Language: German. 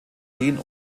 den